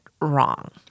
wrong